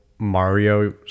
mario